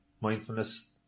Mindfulness